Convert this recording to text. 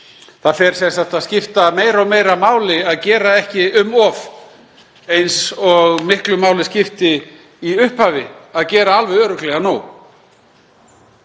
Það fer sem sagt að skipta meira og meira máli að gera ekki um of, á sama hátt og miklu máli skipti í upphafi að gera alveg örugglega nóg.